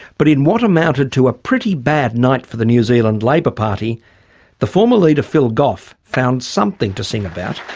but in what amounted to a pretty bad night for the new zealand labour party the former leader phil goff found something to sing about.